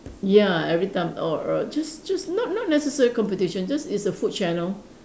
ya everytime or or just just not not necessarily competition just it's a food channel